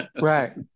right